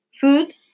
food